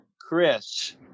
Chris